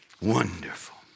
Wonderful